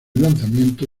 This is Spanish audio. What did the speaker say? lanzamiento